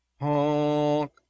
honk